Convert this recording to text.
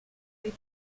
été